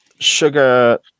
Sugar